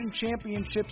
championships